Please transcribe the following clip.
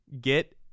get